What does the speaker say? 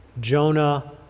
Jonah